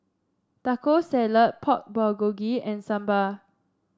Taco Salad Pork Bulgogi and Sambar